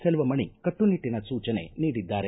ಸೆಲ್ವಮಣಿ ಕಟ್ಟುನಿಟ್ಟಿನ ಸೂಚನೆ ನೀಡಿದ್ದಾರೆ